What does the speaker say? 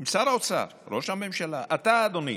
אם שר האוצר, ראש הממשלה, אתה, אדוני,